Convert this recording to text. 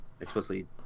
explicitly